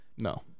No